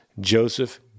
Joseph